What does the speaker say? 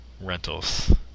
rentals